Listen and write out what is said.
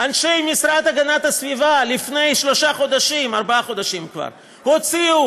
אנשי המשרד להגנת הסביבה לפני ארבעה חודשים הוציאו